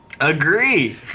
Agree